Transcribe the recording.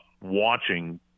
watching